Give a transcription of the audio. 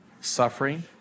suffering